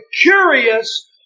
curious